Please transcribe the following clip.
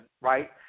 right